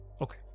Okay